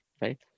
right